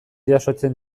jasotzen